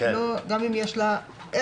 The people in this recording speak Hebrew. גם אם יש לה עסק,